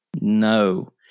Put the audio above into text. No